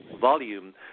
volume